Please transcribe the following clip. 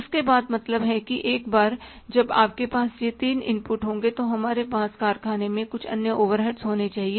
उसके बाद मतलब है कि एक बार जब आपके पास ये तीन इनपुट होंगे तो हमारे पास कारखाने में कुछ अन्य ओवरहेड्स होने चाहिए